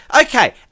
okay